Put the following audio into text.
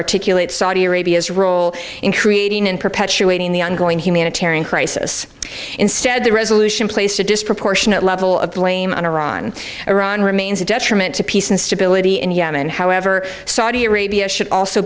articulate saudi arabia's role in creating an perpetuating the ongoing humanitarian crisis instead the resolution placed a disproportionate level of blame on iran iran remains a detriment to peace and stability in yemen however saudi arabia should also